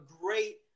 great